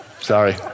Sorry